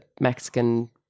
Mexican